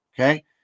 okay